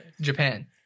Japan